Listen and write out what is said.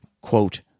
quote